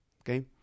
Okay